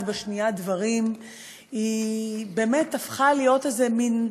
בשנייה דברים באמת הפכה להיות איזה מין,